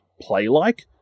play-like